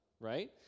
right